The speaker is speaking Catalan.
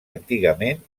antigament